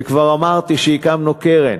וכבר אמרתי שהקמנו קרן